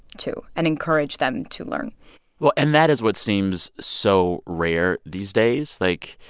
too, and encourage them to learn well, and that is what seems so rare these days. like,